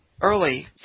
early